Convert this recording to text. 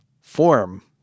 form